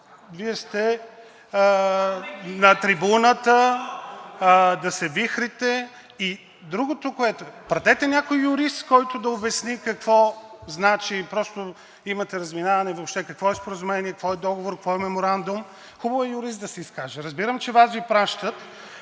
Вие сте на трибуната да се вихрите. (Реплика от ГЕРБ-СДС.) И другото, което е, пратете някой юрист, който да обясни какво значи. Просто имате разминаване въобще какво е споразумение, какво е договор, какво е меморандум. Хубаво е юрист да се изкаже. Разбирам, че Вас Ви пращат,